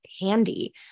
handy